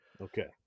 Okay